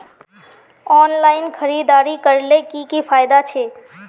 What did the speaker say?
Online खरीदारी करले की की फायदा छे?